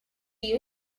you